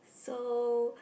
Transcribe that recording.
so